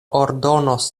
ordonos